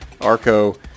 Arco